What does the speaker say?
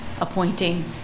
appointing